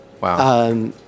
wow